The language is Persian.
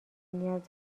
نیاز